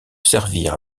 servir